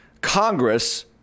Congress